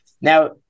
Now